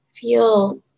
feel